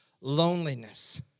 Loneliness